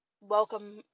welcome